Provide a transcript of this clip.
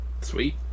sweet